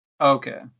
Okay